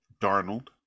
Darnold